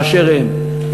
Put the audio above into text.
באשר הם,